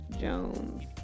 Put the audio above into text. Jones